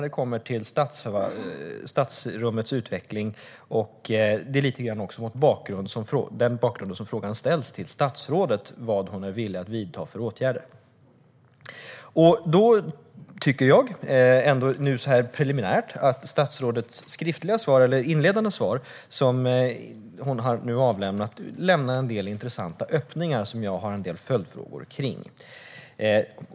Det är lite mot denna bakgrund som frågan ställts till statsrådet om vad hon är villig att vidta för åtgärder. Så här preliminärt tycker jag att statsrådets inledande svar lämnade en del intressanta öppningar som jag har en del följdfrågor till.